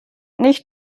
nicht